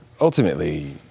ultimately